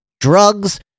drugs